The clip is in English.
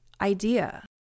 idea